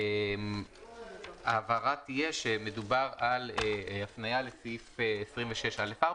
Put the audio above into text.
ההבהרה תהיה שמדובר על הפניה לסעיף 26(א)(4),